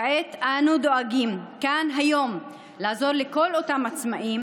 כעת אנו דואגים כאן היום לעזור לכל אותם עצמאים